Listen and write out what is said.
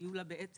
יהיו לה בעצם